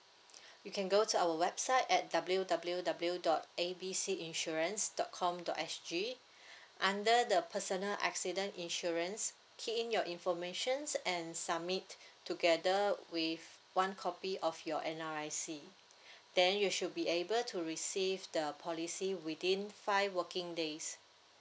you can go to our website at W W W dot A B C insurance dot com dot S_G under the personal accident insurance key in your information and submit together with one copy of your N_R_I_C then you should be able to receive the policy within five working days